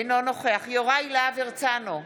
אינו נוכח יוראי להב הרצנו,